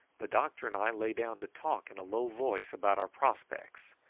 the doctor and i lay down to talk in a low voice about our prospects,